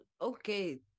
okay